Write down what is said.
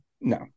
No